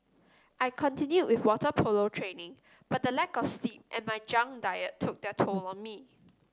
I continued with water polo training but the lack of sleep and my junk diet took their toll on me